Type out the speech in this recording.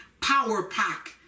power-pack